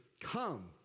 Come